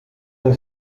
her